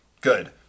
Good